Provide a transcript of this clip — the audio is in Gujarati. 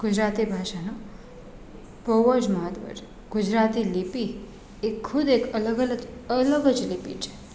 ગુજરાતી ભાષાનો બહું જ મહત્ત્વ છે ગુજરાતી લિપિ એ ખુદ એક અલગ અલગ અલગ જ લિપિ છે